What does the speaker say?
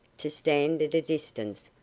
to stand at a distance,